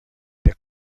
der